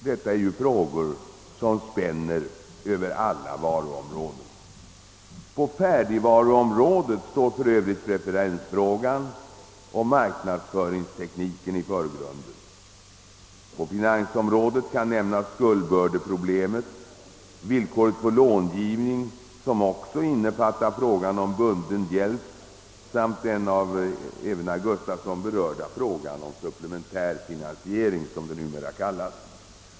Detta är ju frågor som spänner över alla varuområden. På färdigvaruområdet står för övrigt preferensfrågan och marknadsföringstekniken i förgrunden. På finansområdet kan nämnas skuldbördeproblemet, villkoren för långivning, som också innefattar frågan om bunden hjälp, samt frågan om supplementär finansiering, som det numera kallas.